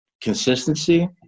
consistency